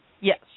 Yes